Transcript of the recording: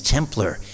Templar